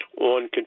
on